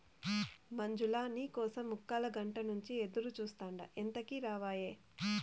మంజులా, నీ కోసం ముక్కాలగంట నుంచి ఎదురుచూస్తాండా ఎంతకీ రావాయే